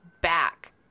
back